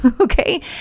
Okay